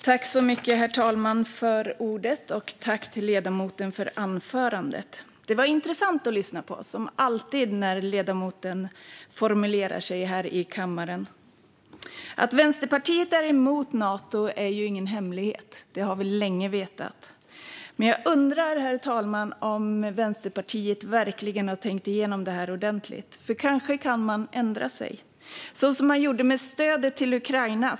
Herr talman! Jag tackar ledamoten för anförandet. Det var intressant att lyssna till det, som det ju alltid är när ledamoten formulerar sig här i kammaren. Att Vänsterpartiet är emot Nato är ingen hemlighet. Det har vi vetat länge. Men jag undrar, herr talman, om Vänsterpartiet verkligen har tänkt igenom det här ordentligt. Kanske ändrar man sig, så som man gjorde när det gällde stödet till Ukraina.